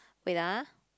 wait ah